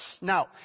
Now